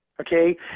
okay